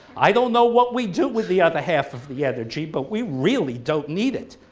i don't know what we do with the other half of the energy but we really don't need it.